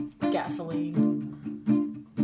gasoline